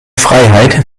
freiheit